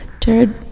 Jared